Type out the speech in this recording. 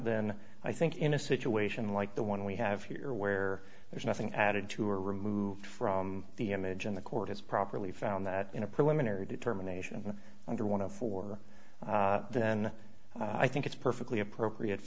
then i think in a situation like the one we have here where there's nothing added to or removed from the image in the court it's properly found that in a preliminary determination under one of four then i think it's perfectly appropriate